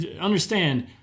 understand